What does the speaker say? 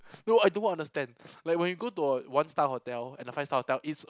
no I don't understand like when you go to a one star hotel and a five star hotel it's